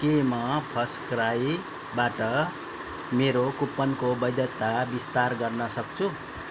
के म फर्स्टक्राईबाट मेरो कुपनको वैधता विस्तार गर्न सक्छु